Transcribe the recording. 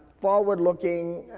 forward looking